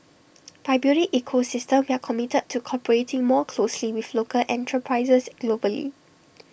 by building ecosystem we are committed to cooperating more closely with local enterprises globally